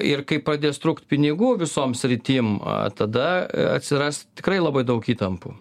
ir kai pradės trūkt pinigų visom sritim a tada atsiras tikrai labai daug įtampų